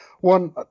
One